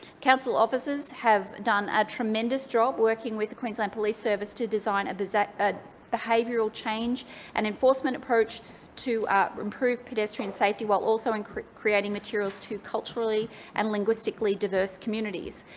council officers have done a tremendous job working with the queensland police service to design design a behavioural change and enforcement approach to improve pedestrian safety, while also and creating materials to culturally and linguistically-diverse communities.